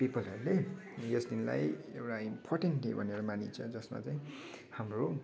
पिपलहरूले यस दिनलाई एउटा इम्पर्टेन्ट डे भनेर मानिन्छ जसमा चाहिँ हाम्रो